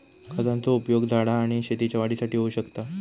खतांचो उपयोग झाडा आणि शेतीच्या वाढीसाठी होऊ शकता